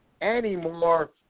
anymore